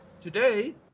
today